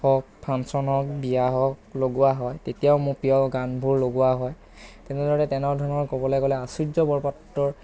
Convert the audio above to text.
হওক ফাংচন হওক বিয়া হওক লগোৱা হয় তেতিয়াও মোৰ প্ৰিয় গানবোৰ লগোৱা হয় তেনেধৰণে তেনেধৰণৰ ক'বলৈ গ'লে আচুৰ্য বৰপাত্ৰৰ